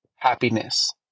Happiness